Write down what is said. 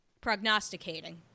prognosticating